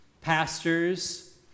Pastors